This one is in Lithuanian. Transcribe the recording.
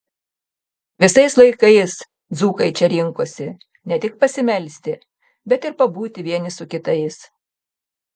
visais laikais dzūkai čia rinkosi ne tik pasimelsti bet ir pabūti vieni su kitais